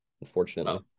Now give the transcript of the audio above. unfortunately